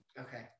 Okay